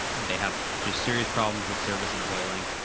they have just serious problems with service and oiling.